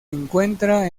encuentra